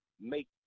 make